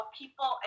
people